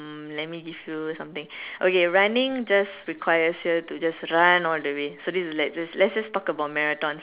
hmm let me give you something okay running just requires you to just run all the way so let's just let's just talk about marathons